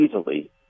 easily